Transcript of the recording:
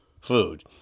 food